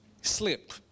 slip